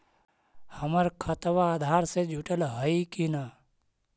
हमर खतबा अधार से जुटल हई कि न?